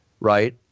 right